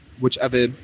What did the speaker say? whichever